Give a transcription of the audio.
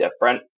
different